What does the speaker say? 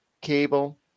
cable